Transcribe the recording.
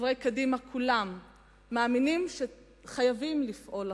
חברי קדימה כולם מאמינים, שחייבים לפעול אחרת: